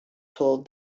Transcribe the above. told